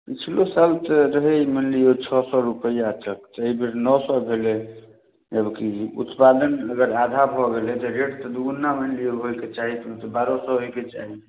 पिछलो साल तऽ रहै मानि लिऽ छओ सए रुपैआ तक तऽ अइबेर नओ सए भेलै जबकि उत्पादन अगर आधा भऽ गेलै तऽ रेट तैं दूगुना मानि लिऽ होइके चाही बारह सए होइके चाही